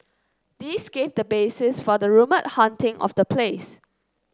this gave the basis for the rumoured haunting of the place